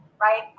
right